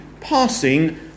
passing